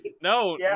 no